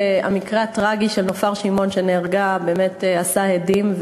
למקרה הטרגי של נופר שמעון שנהרגה היו הדים.